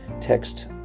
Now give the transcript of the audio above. text